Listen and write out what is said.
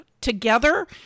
together